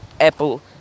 Apple